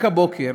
רק הבוקר